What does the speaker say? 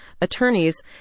attorneys